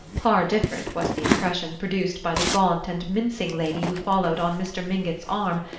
far different was the impression produced by the gaunt and mincing lady who followed on mr. mingott's arm,